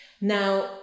Now